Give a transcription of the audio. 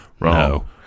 No